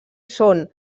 són